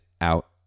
out